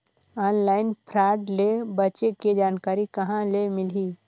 Online fraud ले बचे के जानकारी कहां ले मिलही?